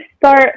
start